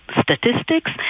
statistics